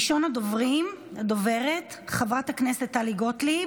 ראשונת הדוברים, חברת הכנסת טלי גוטליב.